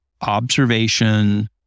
observation